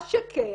מה שכן,